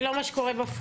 זה לא מה שקורה בפועל.